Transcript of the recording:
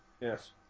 Yes